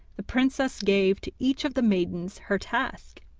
the princess gave to each of the maidens her task,